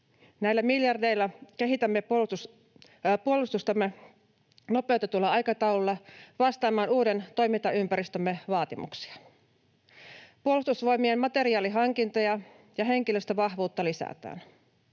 Näillä miljardeilla kehitämme puolustustamme nopeutetulla aikataululla vastaamaan uuden toimintaympäristömme vaatimuksia. Puolustusvoimien materiaalihankintoja ja henkilöstövahvuutta lisätään.